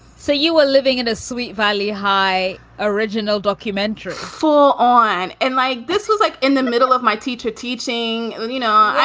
so you were living in a sweet valley high original documentary full on. and like this was like in the middle of my teacher teaching. you know,